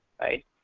right